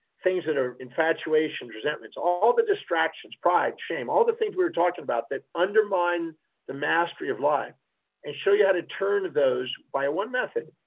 things that are infatuation, resentments, all the distractions, pride, shame, all the things we were talking about that undermine the mastery of life and show you how to turn those by one method.